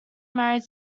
married